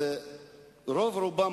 זה מה ששמענו,